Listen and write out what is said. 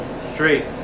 straight